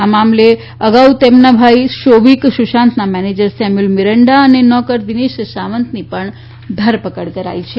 આ મામલે અગાઉ તેનાં ભાઈ શોવિક સુશાંતનાં મેનેજર સેમ્યુઅલ મિરંડા અને નોકર દિનેશ સાવંતની ઘરપકડ કરાઈ છે